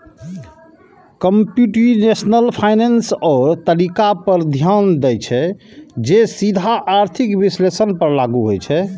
computational finance ओइ तरीका पर ध्यान दै छै, जे सीधे आर्थिक विश्लेषण पर लागू होइ छै